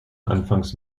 anfangs